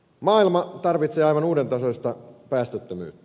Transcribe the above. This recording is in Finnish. maailma tarvitsee aivan uuden tasoista päästöttömyyttä